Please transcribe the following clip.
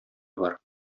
бар